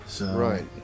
Right